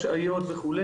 השעיות וכו',